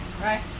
right